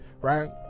right